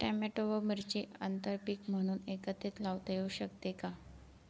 Tomato व मिरची आंतरपीक म्हणून एकत्रित लावता येऊ शकते का?